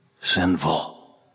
sinful